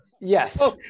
yes